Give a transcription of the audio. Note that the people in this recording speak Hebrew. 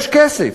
יש כסף.